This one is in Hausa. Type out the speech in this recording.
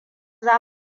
za